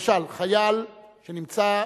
למשל חייל שנמצא